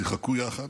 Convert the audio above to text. שיחקו יחד,